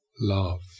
love